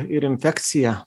ir infekcija